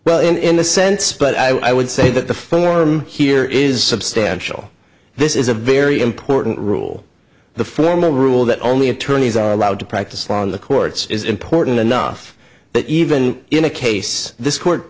ell in the sense but i would say that the form here is substantial this is a very important rule the formal rule that only attorneys are allowed to practice law in the courts is important enough that even in a case this court